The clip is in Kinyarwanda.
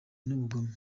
n’ubugome